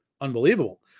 unbelievable